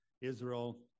Israel